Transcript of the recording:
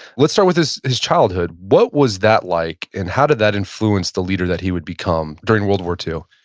let's start with his his childhood. what was that like, and how did that influence the leader that he would become during world war ii?